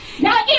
Now